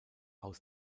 aus